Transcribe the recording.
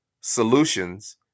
solutions